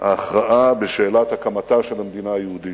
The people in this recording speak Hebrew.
ההכרעה בשאלת הקמתה של המדינה היהודית.